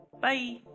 bye